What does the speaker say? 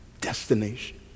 destination